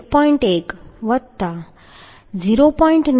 1 વત્તા 0